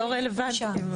אבל זה לא אומר שהם עובדים.